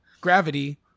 gravity